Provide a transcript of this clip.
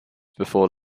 before